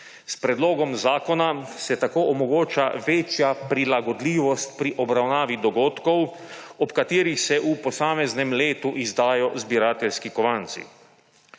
S predlogom zakona se tako omogoča večja prilagodljivost pri obravnavi dogodkov, ob katerih se v posameznem letu izdajo zbirateljski kovanci.